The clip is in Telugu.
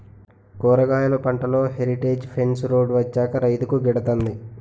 కూరగాయలు పంటలో హెరిటేజ్ ఫెన్స్ రోడ్ వచ్చాక రైతుకు గిడతంది